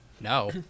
No